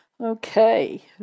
Okay